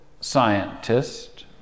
scientist